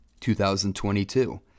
2022